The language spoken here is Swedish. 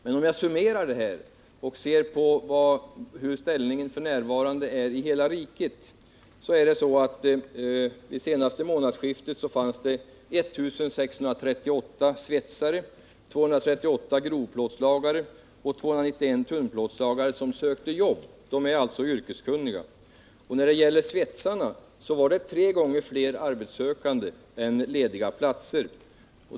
En summering av situationen på personalsidan för hela riket ger vid handen att det vid det senaste månadsskiftet fanns 1638 svetsare, 238 grovplåtslagare och 291 tunnplåtslagare som sökte jobb. Det är alltså fråga om personer som är yrkeskunniga. När det gäller svetsarna är antalet arbetssökande tre gånger större än antalet lediga platser.